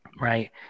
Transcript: Right